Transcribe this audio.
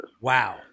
Wow